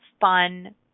fun